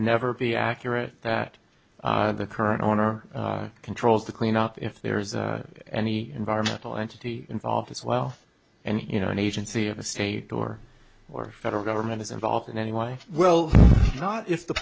never be accurate that the current owner controls the cleanup if there is any environmental entity involved as well and you know an agency of a state or or federal government is involved in any way well not if the